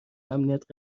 امنیت